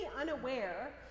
unaware